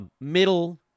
middle